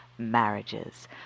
marriages